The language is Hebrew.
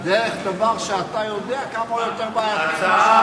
דרך דבר שאתה יודע כמה הוא יותר בעייתי מאשר,